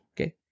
okay